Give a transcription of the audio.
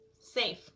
Safe